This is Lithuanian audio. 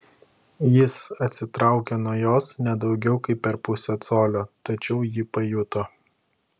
jis atsitraukė nuo jos ne daugiau kaip per pusę colio tačiau ji pajuto